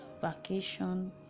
vacation